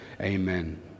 Amen